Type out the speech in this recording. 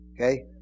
Okay